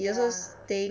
ya